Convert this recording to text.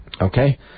Okay